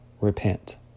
repent